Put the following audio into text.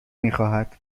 میخواهد